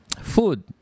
food